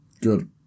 Good